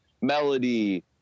melody